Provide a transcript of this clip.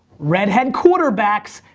redhead quarterbacks,